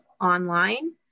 online